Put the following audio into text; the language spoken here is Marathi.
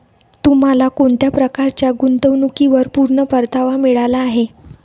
तुम्हाला कोणत्या प्रकारच्या गुंतवणुकीवर पूर्ण परतावा मिळाला आहे